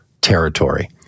territory